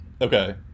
Okay